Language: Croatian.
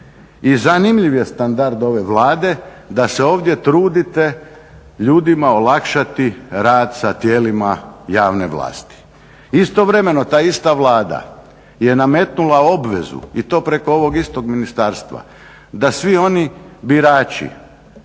I zanimljiv je standard ove Vlade da se ovdje trudite ljudima olakšati rad sa tijelima javne vlasti. Istovremeno ta ista Vlada je nametnula obvezu i to preko ovog istog ministarstva da svi oni birači